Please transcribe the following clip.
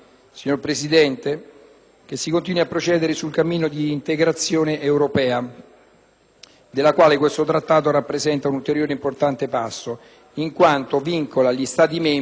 della quale questo Trattato rappresenta un ulteriore importante passo, in quanto vincola gli Stati membri ad una più stretta cooperazione e ad un maggior coordinamento anche in materia di gestione doganale.